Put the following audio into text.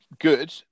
good